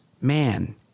man